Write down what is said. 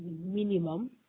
minimum